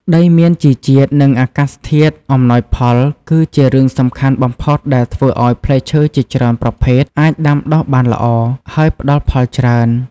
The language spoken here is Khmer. ដីមានជីជាតិ និងអាកាសធាតុអំណោយផលគឺជារឿងសំខាន់បំផុតដែលធ្វើឱ្យផ្លែឈើជាច្រើនប្រភេទអាចដាំដុះបានល្អ ហើយផ្តល់ផលច្រើន។